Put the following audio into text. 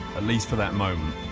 at least for that moment,